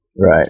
Right